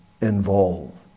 involved